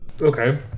Okay